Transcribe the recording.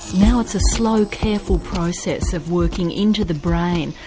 now it's a slow, careful process of working into the brain,